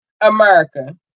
America